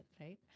right